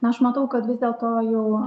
na aš matau kad vis dėlto jau